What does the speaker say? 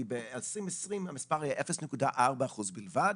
כי ב-2020 המספר היה 0.4 אחוזים בלבד,